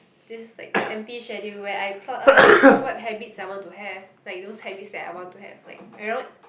this like empty schedule where I plot out what habits I want to have like those habits that I want to have like you know